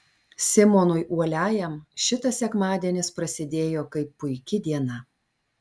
simonui uoliajam šitas sekmadienis prasidėjo kaip puiki diena